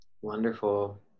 Wonderful